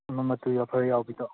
ꯑꯃ ꯃꯇꯨꯒ ꯐꯔ ꯌꯥꯎꯕꯤꯗꯣ